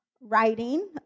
writing